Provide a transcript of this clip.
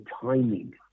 timing